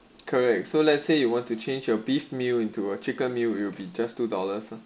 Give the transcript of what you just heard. correct so let's say you want to change your beef meal into a chicken meal will be change two dollars